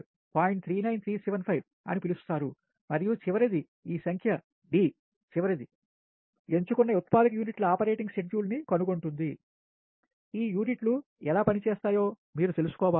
39375 అని పిలుస్తారు మరియు చివరిది ఈ సంఖ్య డి చివరిది ఎంచుకున్న ఉత్పాదక యూనిట్ల ఆపరేటింగ్ షెడ్యూల్ను కనుగొంటుంది ఈ యూనిట్లు ఎలా పనిచేస్తాయో మీరు తెలుసుకోవాలి